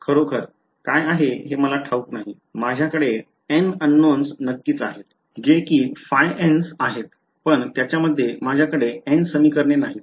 खरोखर काय आहे हे मला ठाऊक नाही माझ्याकडे n unknowns नक्कीच आहेत जे कि ϕn 's आहेत पण त्याच्यामध्ये माझ्याकडे n समीकरण नाहीत